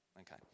Okay